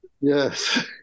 Yes